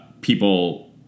people